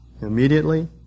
immediately